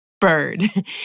bird